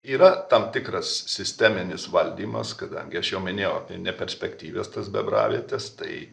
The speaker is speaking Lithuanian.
yra tam tikras sisteminis valdymas kadangi aš jau minėjau neperspektyvias tas bebravietes tai